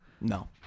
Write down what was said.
No